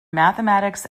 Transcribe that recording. mathematics